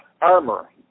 armor